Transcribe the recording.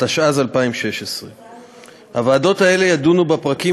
התשע"ז 2016. הוועדות האלה ידונו בפרקים